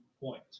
point